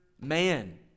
man